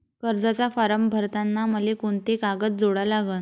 कर्जाचा फारम भरताना मले कोंते कागद जोडा लागन?